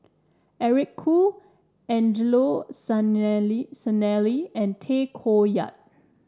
Eric Khoo Angelo Sanelli Sanelli and Tay Koh Yat